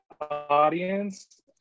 audience